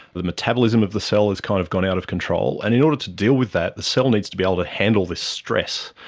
the metabolism of the cell has kind of gone out of control, and in order to deal with that the cell needs to be able to handle this stress.